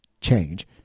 change